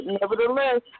nevertheless